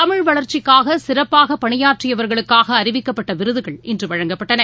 தமிழ் வளர்ச்சிக்காக சிறப்பாக பணியாற்றியவர்களுக்காக அறிவிக்கப்பட்ட விருதுகள் இன்று வழங்கப்பட்டன